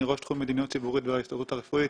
אני ראש תחום מדיניות ציבורית בהסתדרות הרפואית.